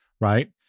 right